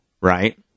right